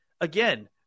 again